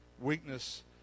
weakness